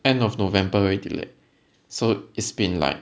end of november already leh so it's been like